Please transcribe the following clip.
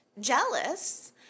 jealous